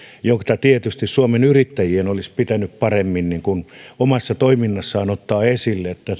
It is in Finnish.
jota tietysti suomen yrittäjien olisi pitänyt paremmin omassa toiminnassaan ottaa esille että